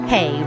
Hey